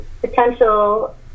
potential